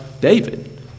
David